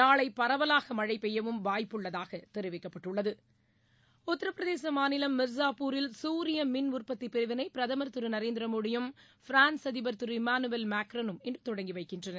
நாளை பரவலாக மழை பெய்ய வாய்ப்பு உள்ளதாக தெரிவிக்கப்பட்டுள்ளது உத்தரபிரதேச மாநிலம் மிர்ஸாபூரில் சூரிய மின் உற்பத்தி பிரிவிளை பிரதமர் திரு நரேந்திர மோடியும் பிரான்ஸ் அதிபர் திரு இம்மானுவேல் மெக்ரானும் இன்று தொடங்கி வைக்கின்றனர்